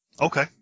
Okay